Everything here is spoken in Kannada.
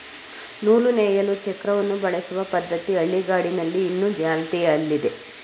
ನೂಲು ನೇಯಲು ಚಕ್ರವನ್ನು ಬಳಸುವ ಪದ್ಧತಿ ಹಳ್ಳಿಗಾಡಿನಲ್ಲಿ ಇನ್ನು ಚಾಲ್ತಿಯಲ್ಲಿದೆ